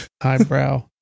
Eyebrow